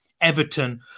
Everton